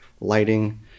lighting